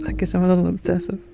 like guess i'm a little obsessive.